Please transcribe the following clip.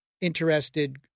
interested